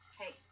hey